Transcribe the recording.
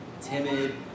timid